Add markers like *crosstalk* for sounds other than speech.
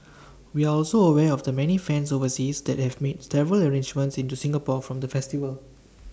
we are also aware of the many fans overseas that have made *unintelligible* arrangements into Singapore for the festival